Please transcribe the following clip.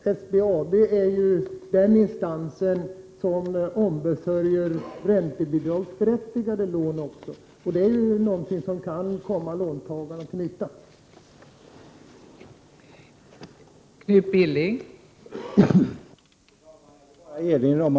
Det är någonting som kan komma låntagarna till nytta.